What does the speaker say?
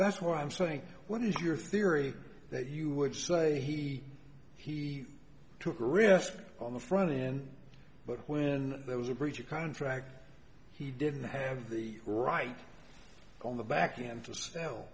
that's why i'm saying what is your theory that you would say he he took a risk on the front end but when there was a breach of contract he didn't have the right on the back him to sell